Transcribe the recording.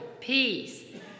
peace